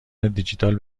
دیجیتال